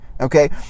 Okay